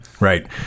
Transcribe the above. Right